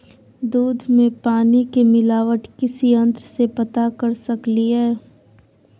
दूध में पानी के मिलावट किस यंत्र से पता कर सकलिए?